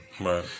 Right